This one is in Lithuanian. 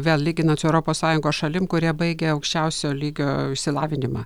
vėl lyginant su europos sąjungos šalim kurie baigia aukščiausio lygio išsilavinimą